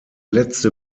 letzte